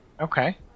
Okay